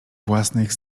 własnych